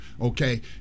okay